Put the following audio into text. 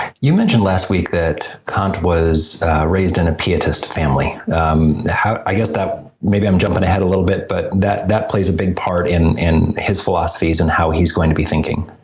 you mentioned last week that kant was raised in a pietist family how, i guess that maybe i'm jumping ahead a little bit, but that that plays a big part in in his philosophies and how he's going to be thinking?